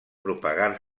propagar